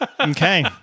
Okay